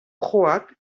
croate